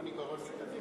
רוני בר-און מקדימה?